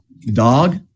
dog